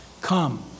come